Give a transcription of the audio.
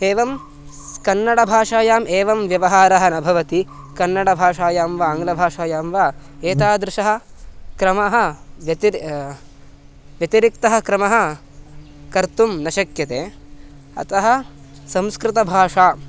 एवं कन्नडभाषायाम् एवं व्यवहारः न भवति कन्नडभाषायां वा आङ्ग्लभाषायां वा एतादृशः क्रमः व्यतिर् व्यतिरिक्तः क्रमः कर्तुं न शक्यते अतः संस्कृतभाषा